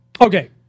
okay